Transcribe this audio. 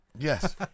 Yes